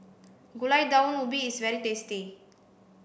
gulai daun ubi is very tasty